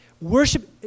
Worship